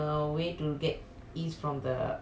spice !aiyo! I couldn't